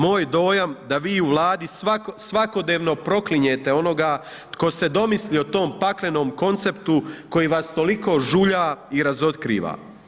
Moj dojam da vi u Vladi svakodnevno proklinjete onoga tko se domislio tom paklenom konceptu koji vas toliko žulja i razotkriva.